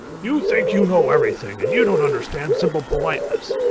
you think you know everything and you don't understand simple politeness.